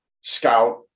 scout